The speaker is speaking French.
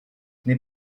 n’est